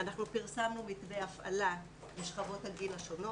אנחנו פרסמנו מתווה הפעלה לשכבות הגיל השוכנות.